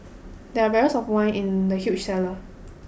there were barrels of wine in the huge cellar